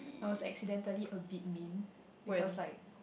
I was accidentally a bit mean because like